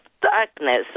darkness